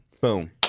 Boom